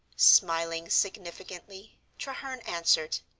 smiling significantly, treherne answered,